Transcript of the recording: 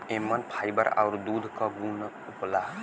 एमन फाइबर आउर दूध क गुन होला